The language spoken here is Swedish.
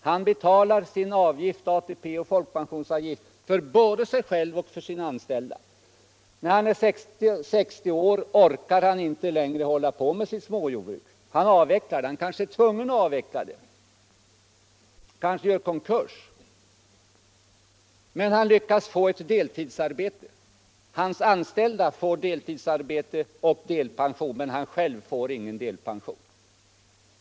Han betalar sina avgifter — ATP och folkpensionsavgift — för både sig själv och sin anställde: Vid 60 års ålder orkar han inte längre hålla på med sitt småjordbruk. Han avvecklar det; han kanske är tvungen att göra det på grund av konkurs eller något annat. Han lyckas få ett deltidsarbete, men han får ingen delpension. Hans anställde får både deltidsarbete och delpension.